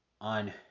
on